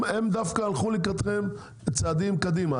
הם דווקא הלכו לקראתכם בצעדים קדימה,